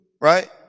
right